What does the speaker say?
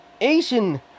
Asian